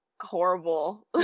horrible